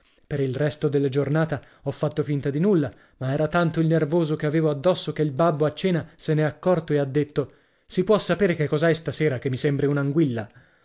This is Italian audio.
per il resto della giornata ho fatto finta di nulla ma era tanto il nervoso che avevo addosso che il babbo a cena se n'è accorto e ha detto si può sapere che cos'hai stasera che mi sembri